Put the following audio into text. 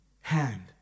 hand